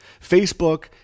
Facebook